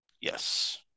Yes